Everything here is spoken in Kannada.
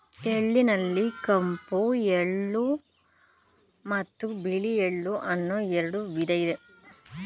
ಎಳ್ಳಿನಲ್ಲಿ ಕಪ್ಪು ಎಳ್ಳು ಮತ್ತು ಬಿಳಿ ಎಳ್ಳು ಅನ್ನೂ ಎರಡು ವಿಧ ಇದೆ